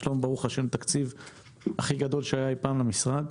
יש לנו ברוך השם תקציב הכי גדול שהיה אי פעם למשרד.